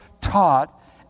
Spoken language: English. taught